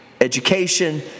education